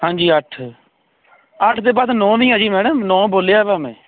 ਹਾਂਜੀ ਅੱਠ ਅੱਠ ਦੇ ਬਾਅਦ ਨੌ ਵੀ ਆ ਜੀ ਮੈਡਮ ਨੌ ਬੋਲਿਆ ਵਾ ਮੈਂ